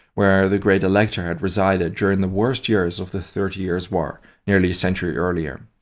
where the great elector had resided during the worst years of the thirty years' war nearly a century earlier.